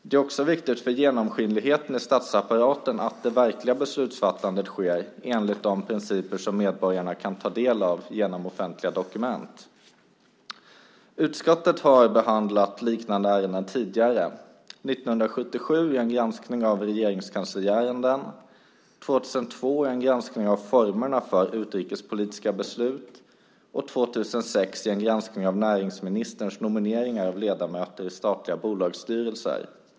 Det är också viktigt för genomskinligheten i statsapparaten att det verkliga beslutsfattandet sker enligt de principer som medborgarna kan ta del av genom offentliga dokument. Utskottet har behandlat liknande ärenden tidigare - år 1977 i en granskning av regeringskansliärenden, år 2002 i en granskning av formerna för utrikespolitiska beslut och år 2006 i en granskning av näringsministerns nomineringar av ledamöter i statliga bolagsstyrelser.